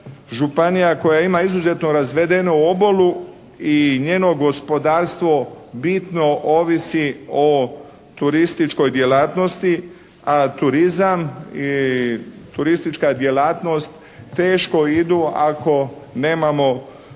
županija koja ima izuzetno razvedenu obalu i njeno gospodarstvo bitno ovisi o turističkoj djelatnosti, a turizam i turistička djelatnost teško idu ako nemamo primjerenu